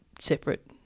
separate